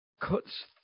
cuts